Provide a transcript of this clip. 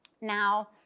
Now